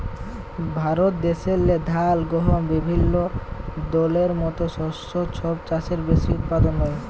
ভারত দ্যাশেল্লে ধাল, গহম বিভিল্য দলের মত শস্য ছব চাঁয়ে বেশি উৎপাদল হ্যয়